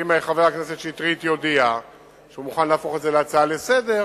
שאם חבר הכנסת שטרית יודיע שהוא מוכן להפוך את זה להצעה לסדר-היום,